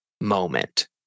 moment